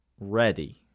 ready